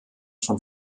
schon